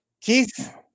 Keith